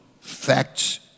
facts